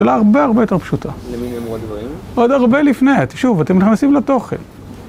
‫השאלה הרבה הרבה יותר פשוטה. ‫-למי נאמרו הדברים? ‫עוד הרבה לפני, שוב, ‫אתם נכנסים לתוכן.